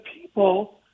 people